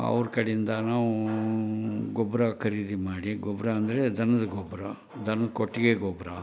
ಅವ್ರ ಕಡಿಂದ ನಾವು ಗೊಬ್ಬರ ಖರೀದಿ ಮಾಡಿ ಗೊಬ್ಬರ ಅಂದರೆ ದನದ ಗೊಬ್ಬರ ದನದ ಕೊಟ್ಟಿಗೆ ಗೊಬ್ಬರ